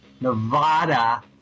Nevada